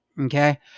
Okay